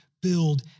build